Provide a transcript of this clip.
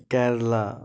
Kerala